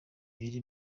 ibiri